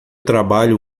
trabalho